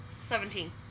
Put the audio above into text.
Seventeen